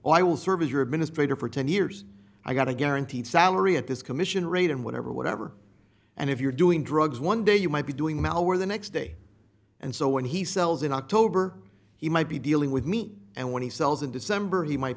web i will serve as your administrator for ten years i got a guaranteed salary at this commission rate and whatever whatever and if you're doing drugs one day you might be doing malware the next day and so when he sells in october he might be dealing with me and when he sells in december he might